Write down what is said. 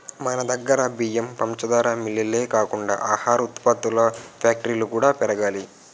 మనదగ్గర బియ్యం, పంచదార మిల్లులే కాకుండా ఆహార ఉత్పత్తుల ఫ్యాక్టరీలు కూడా పెరగాలి